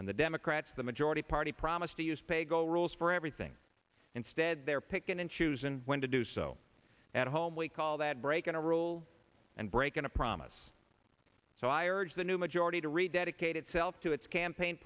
and the democrats the majority party promise to use pay go rules for everything instead they're picking and choosing when to do so at home we call that breaking a rule and breaking a promise so i urge the new majority to rededicate itself to its campaign